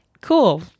cool